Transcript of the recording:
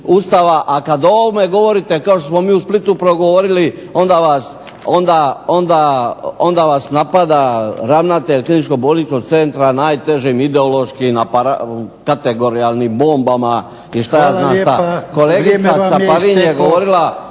Ustava, a kad o ovome govorite kao što smo mi u Splitu progovorili onda vas napada ravnatelj kliničkog bolničkog centra najtežim ideološkim kategorijalnim bombama i šta ja znam… **Jarnjak, Ivan (HDZ)** Hvala lijepa. Vrijeme vam je isteklo.